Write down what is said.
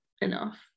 enough